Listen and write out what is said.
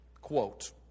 quote